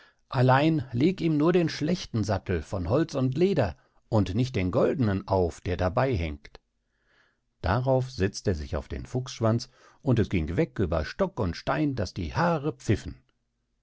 allein leg ihm nur den schlechten sattel von holz und leder und nicht den goldenen auf der dabei hängt darauf setzt er sich auf den fuchsschwanz und es ging weg über stock und stein daß die haare pfiffen